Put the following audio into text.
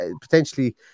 potentially